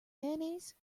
mayonnaise